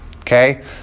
Okay